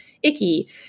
icky